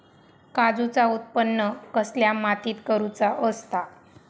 काजूचा उत्त्पन कसल्या मातीत करुचा असता?